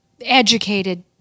educated